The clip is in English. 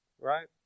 right